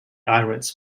irons